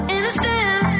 Innocent